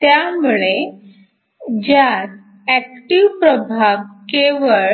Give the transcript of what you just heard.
त्यामुळे जात ऍक्टिव्ह प्रभाग केवळ